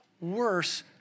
worse